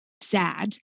sad